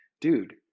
Dude